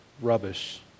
Rubbish